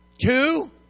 two